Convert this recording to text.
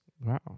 Wow